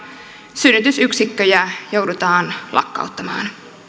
synnytysyksikköjä joudutaan lakkauttamaan